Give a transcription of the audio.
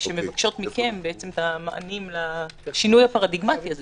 שמבקשות מכם בעצם את המענים לשינוי הפרדיגמטי הזה.